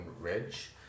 ridge